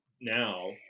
now